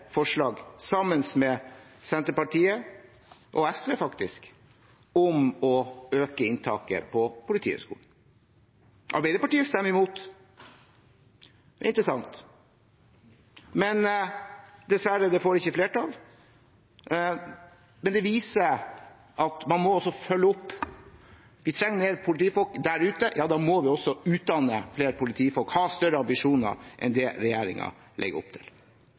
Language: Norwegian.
forslag, sammen med Senterpartiet – og SV, faktisk – om å øke inntaket på Politihøgskolen. Arbeiderpartiet stemmer imot, og det er interessant. Det forslaget får dessverre ikke flertall, men det viser at man må følge opp. Vi trenger flere politifolk der ute, og da må man også utdanne flere politifolk og ha større ambisjoner enn det regjeringen legger opp til.